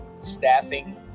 staffing